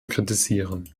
kritisieren